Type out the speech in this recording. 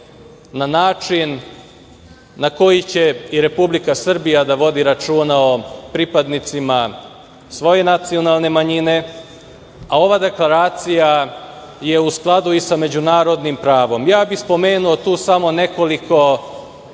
na način na koji će i Republika Srbija da vodi računa o pripadnicima svoje nacionalne manjine, a ova deklaracija je u skladu i sa međunarodnim pravom. Ja bih spomenuo tu samo nekoliko